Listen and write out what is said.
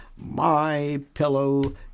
MyPillow